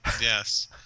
Yes